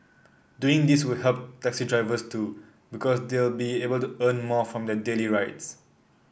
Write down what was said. doing this will help taxi drivers too because they'll be able to earn more from their daily rides